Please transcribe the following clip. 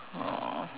oh